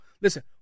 Listen